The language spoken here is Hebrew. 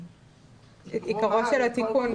עיקרו של התיקון.